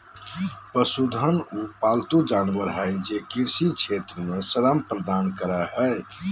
पशुधन उ पालतू जानवर हइ जे कृषि क्षेत्र में श्रम प्रदान करो हइ